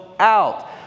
out